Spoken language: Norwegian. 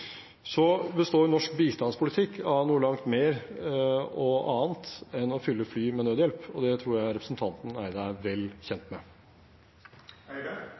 Så består norsk bistandspolitikk av noe langt mer og annet enn å fylle fly med nødhjelp, og det tror jeg representanten Eide er vel kjent